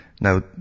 Now